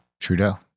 Trudeau